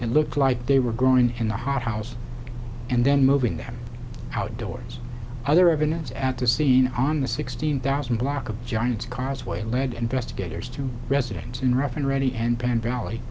and looked like they were going in the hot house and then moving them outdoors other evidence at the scene on the sixteen thousand block of giant's causeway led investigators to residents in rough and ready and pan valley